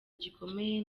gikomeye